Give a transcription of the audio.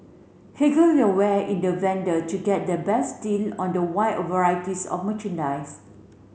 haggle your way in the vendor to get the best deal on the wide varieties of merchandise